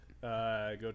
Go